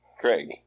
Craig